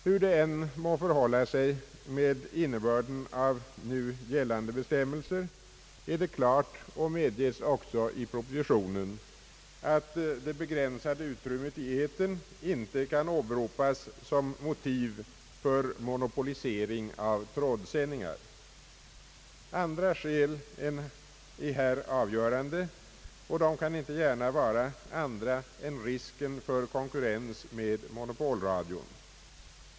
Hur det än må förhålla sig med innebörden av nu gällande bestämmelser är det klart — och medges också i propositionen — att det begränsade utrymmet i etern icke kan åberopas som motiv för monopolisering av trådsändningar. Andra skäl är här avgörande, och dessa kan inte gärna vara andra än risken för konkurrens med monopolradion.